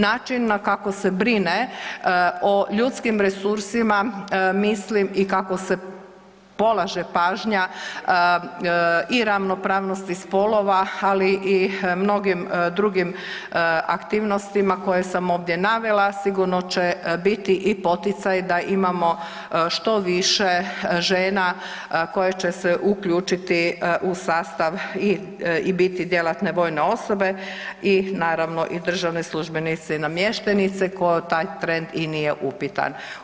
Način na kako se brine o ljudskim resursima mislim i kako se polaže pažnja i ravnopravnosti spolova, ali i mnogim drugim aktivnostima koje sam ovdje navela sigurno će biti i poticaj da imamo što više žena koje će se uključiti u sastav i biti djelatne vojne osobe i naravno državne službenice i namještenice taj trend i nije upitan.